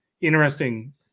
interesting –